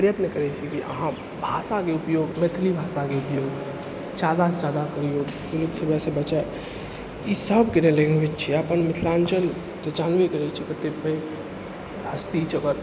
प्रयत्न करै छी कि अहाँ भाषाके उपयोग मैथिली भाषाके उपयोग ज्यादासँ ज्यादा करिऔ जे भाषा विलुप्त होइसँ बचै ई सबके लैँग्वेज छिए अपन मिथिलाञ्चल तऽ जानबै करै छी कतेक पैघ हस्ती छै ओकर